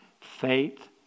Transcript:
Faith